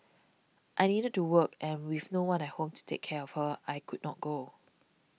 I needed to work and with no one at home to take care of her I could not go